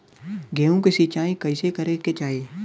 गेहूँ के सिंचाई कइसे करे के चाही?